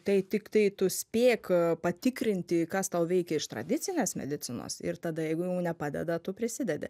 tai tiktai tu spėk patikrinti kas tau veikia iš tradicinės medicinos ir tada jeigu jau nepadeda tu prisidedi